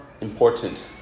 important